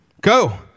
Go